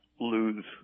lose